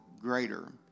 greater